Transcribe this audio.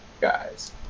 guys